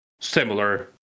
similar